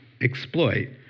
exploit